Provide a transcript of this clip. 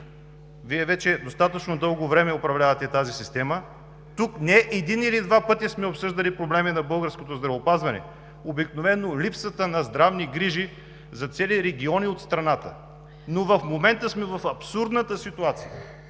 Вие вече достатъчно дълго време управлявате тази система. Тук не един или два пъти сме обсъждали проблеми на българското здравеопазване, обикновено липсата на здравни грижи за цели региони от страната. Но в момента сме в абсурдната ситуация